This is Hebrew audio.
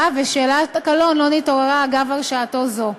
ושאלת הקלון לא נתעוררה אגב הרשעתו זו,